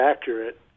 accurate